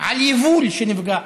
על יבול שנפגע.